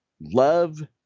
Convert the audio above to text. love